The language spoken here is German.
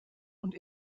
und